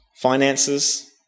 Finances